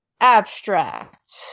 Abstract